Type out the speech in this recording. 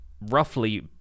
roughly